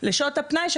לשעות הפנאי,